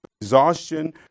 exhaustion